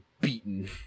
beaten